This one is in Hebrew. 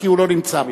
כי הוא לא נמצא פה.